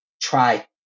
try